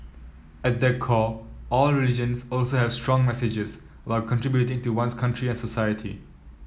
at their core all religions also have strong messages will contributing to one's country and society